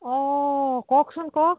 অঁ কওকচোন কওক